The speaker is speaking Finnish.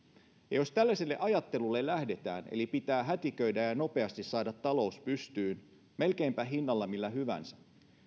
jos tällaiselle ajattelulle lähdetään eli että pitää hätiköidä ja nopeasti saada talous pystyyn melkeinpä hinnalla millä hyvänsä